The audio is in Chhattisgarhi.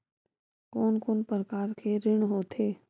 कोन कोन प्रकार के ऋण होथे?